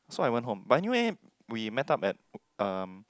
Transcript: so I went home but anywhere we met up at um